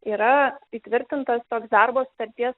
yra įtvirtintas toks darbo sutarties